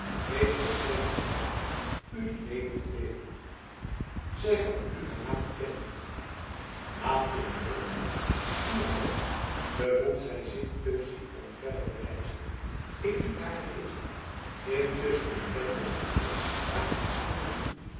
ik vond geene vrijheid u dien mede te deelen zij gaf u haar naam te kennen laat ik vervolgen hier komende bevond zij zich te ziek om verder te reizen ik liet haar genezen intusschen bekende zij mij haar afschrik voor u